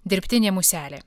dirbtinė muselė